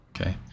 okay